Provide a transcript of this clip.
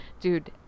dude